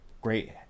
great